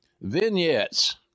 vignettes